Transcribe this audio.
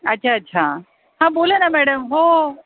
अच्छा अच्छा हा बोला ना मॅडम हो